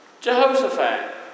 Jehoshaphat